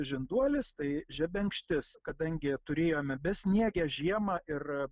žinduolis tai žebenkštis kadangi turėjome besniegę žiemą ir